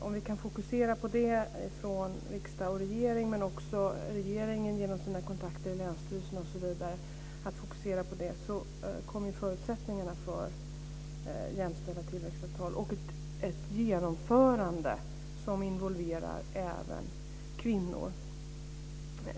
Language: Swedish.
Om vi kan fokusera på detta från riksdag och regering, och om regeringen också genom sina kontakter i länsstyrelserna osv. fokuserar på detta, så kommer förutsättningarna att öka för jämställda tillväxtavtal och för ett genomförande som involverar även kvinnor.